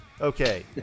Okay